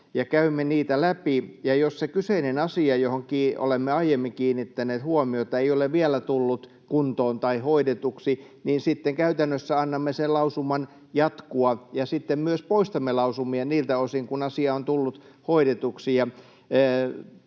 käymme niitä läpi. Jos se kyseinen asia, johon olemme aiemmin kiinnittäneet huomiota, ei ole vielä tullut kuntoon tai hoidetuksi, niin sitten käytännössä annamme sen lausuman jatkua, ja sitten myös poistamme lausumia niiltä osin kuin asia on tullut hoidetuksi.